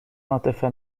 عاطفه